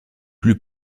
plus